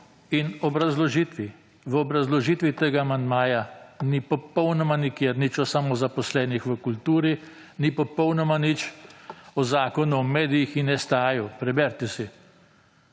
V obrazložitvi tega amandmaja ni popolnoma nikjer nič o samozaposlenih v kulturi, ni popolnoma nič o Zakonu o medijih in STA preberite si.